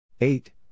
Eight